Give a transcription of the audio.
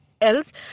else